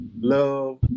love